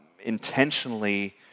intentionally